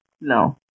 No